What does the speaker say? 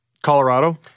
Colorado